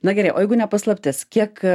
na gerai o jeigu ne paslaptis kiek